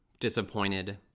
disappointed